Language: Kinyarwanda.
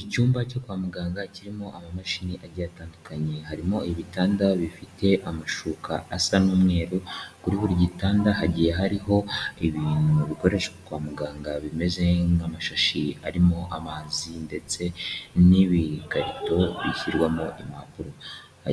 Icyumba cyo kwa muganga kirimo amamashini agiye atandukanye, harimo ibitanda bifite amashuka asa n'umweru kuri buri gitanda hagiye hariho ibintu bikoreshwa kwa muganga bimeze nk'amashashi arimo amazi ndetse n'ibikarito bishyirwamo impapuro,